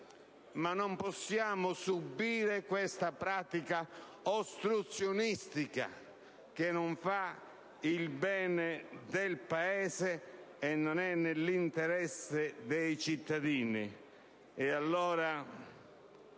ma non possiamo subire una pratica ostruzionistica che non fa bene al Paese e non è nell'interesse dei cittadini.